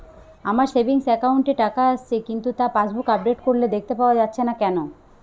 আমার savings account এ টাকা আসছে কিন্তু তা পাসবুক আপডেট করলে দেখতে পাওয়া যাচ্ছে না কেন?